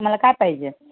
मला काय पाहिजे